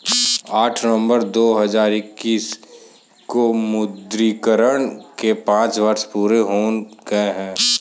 आठ नवंबर दो हजार इक्कीस को विमुद्रीकरण के पांच वर्ष पूरे हो गए हैं